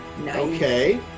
Okay